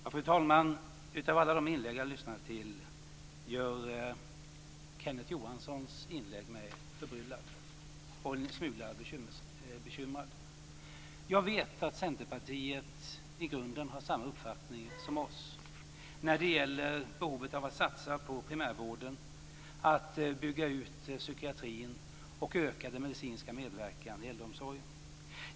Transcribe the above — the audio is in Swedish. Fru talman! Av alla de inlägg som jag lyssnade till gjorde Kenneth Johanssons inlägg mig förbryllad och en smula bekymrad. Jag vet att Centerpartiet i grunden har samma uppfattning som oss när det gäller behovet av att satsa på primärvården, att bygga ut psykiatrin och att öka den medicinska medverkan i äldreomsorgen.